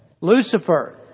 Lucifer